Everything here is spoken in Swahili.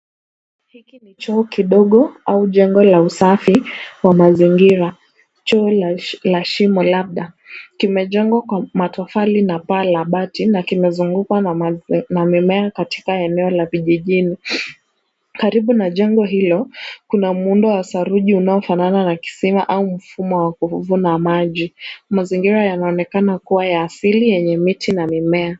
Hiki ni choo kidogo au jengo la usafi wa mazingira, choo la shimo labda. Kimejengwa kwa matofali na paa la bati na kimezungukwa na mimea katika eneo la vijijini. Karibu na jengo hilo, kuna muundo wa saruji unaofanana na kisima au mfumo wa kuvuna maji. Mazingira yanaonekana kuwa ya asili yenye miti na mimea.